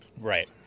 Right